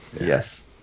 Yes